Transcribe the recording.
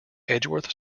edgeworth